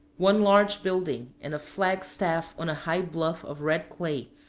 one large building, and a flag-staff on a high bluff of red clay,